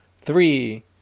three